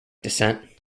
descent